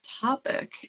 topic